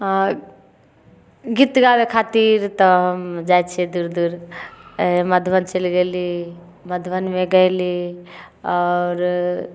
अँ गीत गाबै खातिर तऽ हम जाइ छिए दूर दूर मधुबन चलि गेली मधुबनमे गएली आओर